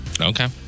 Okay